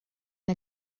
der